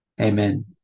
Amen